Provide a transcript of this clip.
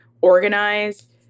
organized